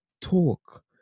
talk